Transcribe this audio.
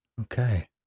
Okay